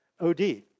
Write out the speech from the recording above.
OD